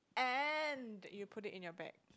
and you put it in your bag